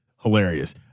Hilarious